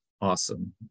awesome